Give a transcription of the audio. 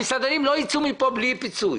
המסעדנים לא יצאו מפה בלי פיצוי,